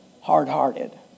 Hard-hearted